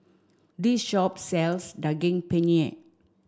this shop sells Daging Penyet